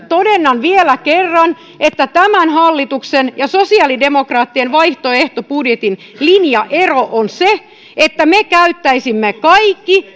todennan vielä kerran että tämän hallituksen ja sosiaalidemokraattien vaihtoehtobudjetin linjaero on se että me käyttäisimme kaikki